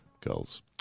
goals